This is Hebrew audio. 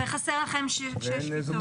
וחסרות לכם שש כיתות.